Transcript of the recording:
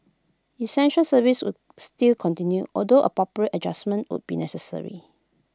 essential services would still continue although appropriate adjustment would be necessary